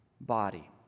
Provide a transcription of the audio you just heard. body